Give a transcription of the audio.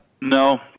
No